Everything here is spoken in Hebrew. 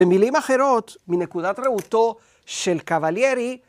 במילים אחרות, מנקודת ראותו של קבליארי.